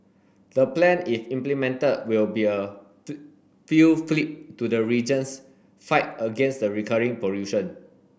the plan if implemented will be a fillip to the region's fight against the recurring pollution